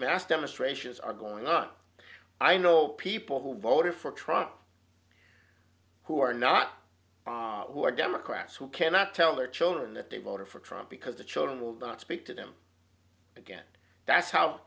mass demonstrations are going on i know people who voted for trout who are not who are democrats who cannot tell their children that they voted for trump because the children will not speak to them again that's how